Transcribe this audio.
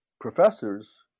professors